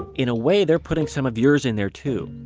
in a way they're putting some of yours in there too.